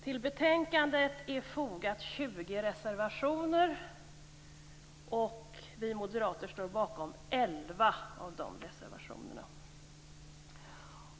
Till betänkandet är fogat 20 reservationer. Vi moderater står bakom elva av de reservationerna.